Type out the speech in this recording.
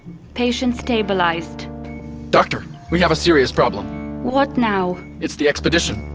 patient stabilized doctor, we have a serious problem what now? it's the expedition.